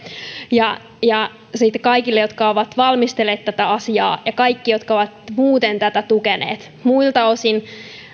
ja ja sitten kaikille jotka ovat valmistelleet tätä asiaa ja kaikille jotka ovat muuten tätä tukeneet muilta osin